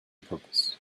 purpose